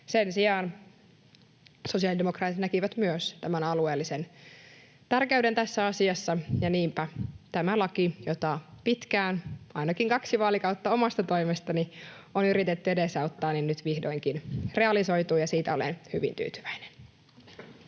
Sen sijaan sosiaalidemokraatit näkivät myös tämän alueellisen tärkeyden tässä asiassa, ja niinpä tämä laki, jota pitkään, ainakin kaksi vaalikautta omasta toimestani, on yritetty edesauttaa, nyt vihdoinkin realisoituu, ja siitä olen hyvin tyytyväinen.